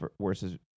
versus